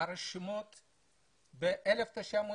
הרשימות ב-1999,